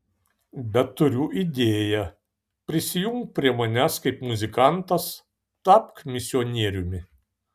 bet turiu idėją prisijunk prie manęs kaip muzikantas tapk misionieriumi